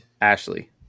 Ashley